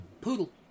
poodle